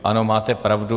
Ano, máte pravdu.